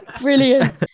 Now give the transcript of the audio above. brilliant